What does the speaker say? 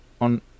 on